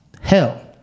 Hell